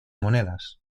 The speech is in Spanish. monedas